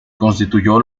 constituyó